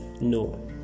No